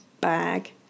bag